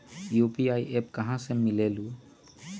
UPI app कहा से मिलेलु?